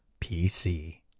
PC